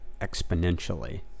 exponentially